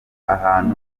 ahantu